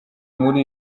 muri